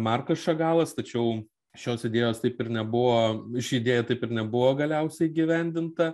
markas šagalas tačiau šios idėjos taip ir nebuvo ši idėja taip ir nebuvo galiausiai įgyvendinta